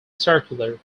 circular